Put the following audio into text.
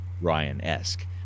Ryan-esque